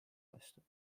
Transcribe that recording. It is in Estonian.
vastu